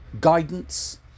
guidance